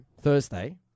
Thursday